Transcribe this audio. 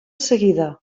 seguida